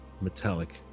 metallic